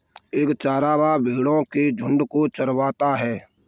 एक चरवाहा भेड़ो के झुंड को चरवाता है